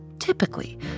Typically